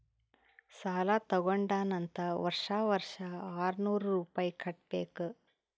ಸಾಲಾ ತಗೊಂಡಾನ್ ಅಂತ್ ವರ್ಷಾ ವರ್ಷಾ ಆರ್ನೂರ್ ರುಪಾಯಿ ಕಟ್ಟಬೇಕ್